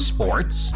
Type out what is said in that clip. Sports